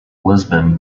lisbon